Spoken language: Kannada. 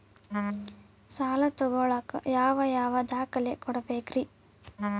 ಸಾಲ ತೊಗೋಳಾಕ್ ಯಾವ ಯಾವ ದಾಖಲೆ ಕೊಡಬೇಕ್ರಿ?